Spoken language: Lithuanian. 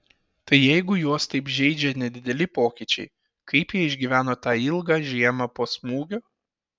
tai jeigu juos taip žeidžia nedideli pokyčiai kaip jie išgyveno tą ilgą žiemą po smūgio